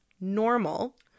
normal